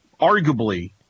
arguably